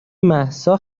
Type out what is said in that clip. مهسا